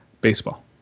baseball